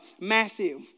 Matthew